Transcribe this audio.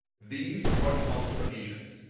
these are the austronesians,